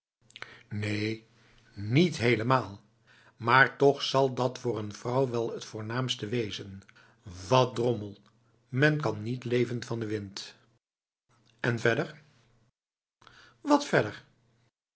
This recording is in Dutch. neen niet helemaal maar toch zal dat voor een vrouw wel het voornaamste wezen wat drommel men kan niet leven van de wind en verder wat verderf